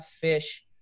fish